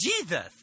Jesus